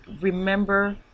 remember